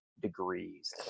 degrees